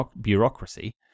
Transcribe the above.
bureaucracy